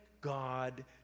God